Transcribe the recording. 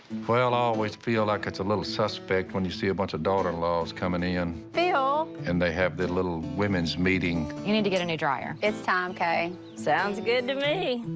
well, i ah always feel like it's a little suspect when you see a bunch of daughter-in-laws coming in. phil. and they have their little women's meeting. you need to get a new dryer. it's time, kay. sounds good to me.